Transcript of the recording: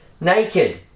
Naked